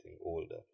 older